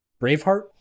Braveheart